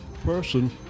person